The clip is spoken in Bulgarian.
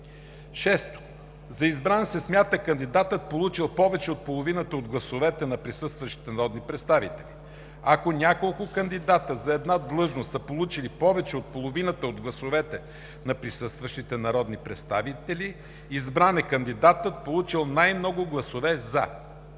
6. За избран се смята кандидатът, получил повече от половината от гласовете на присъстващите народни представители. Ако няколко кандидати за една длъжност са получили повече от половината от гласовете на присъстващите народни представители, избран е кандидатът, получил най-много гласове „за“.